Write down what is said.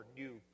new